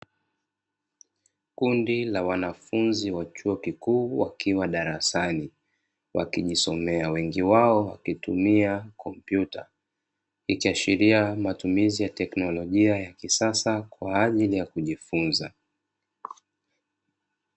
Kundi la wanafunzi wa chuo kikuu wakiwa darasani wakijisomea, wengi wao wakitumia kompyuta ikiashiria matumizi ya teknolojia ya kisasa kwa ajili ya kujifunza.